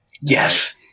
Yes